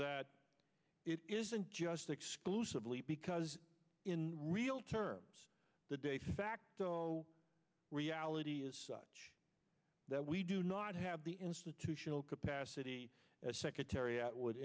that it isn't just exclusively because in real terms the de facto reality is such that we do not have the institutional capacity as secretary atwo